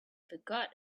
forgot